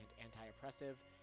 anti-oppressive